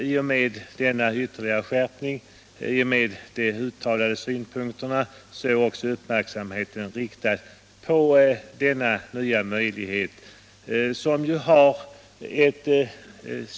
I och med denna ytterligare skärpning och de uttalanden som därvid gjorts är också uppmärksamheten riktad på denna nya lånemöjlighet.